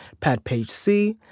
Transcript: pad page c.